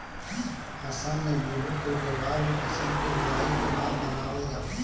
आसाम में बिहू के त्यौहार भी फसल के बोआई के बाद मनावल जाला